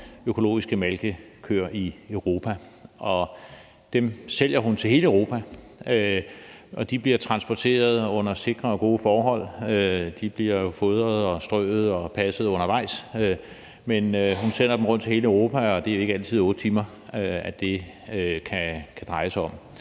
økologiske malkekøer i Europa. Dem sælger hun til hele Europa, og de bliver transporteret under sikre og gode forhold. De bliver fodret, strøet og passet undervejs, og hun sender dem rundt til hele Europa, og det er ikke altid, at det drejer sig om